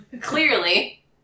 clearly